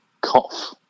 cough